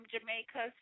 Jamaica